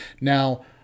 Now